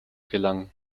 gelangen